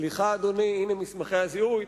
סליחה, אדוני, הנה מסמכי הזיהוי?